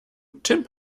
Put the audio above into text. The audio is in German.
tim